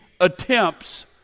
attempts